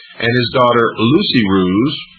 and his daughter, lucy roos,